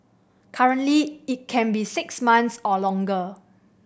currently it can be six months or longer